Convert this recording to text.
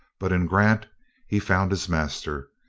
but in grant he found his master,